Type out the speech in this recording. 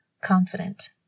confident